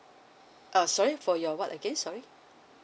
uh sorry for your what again sorry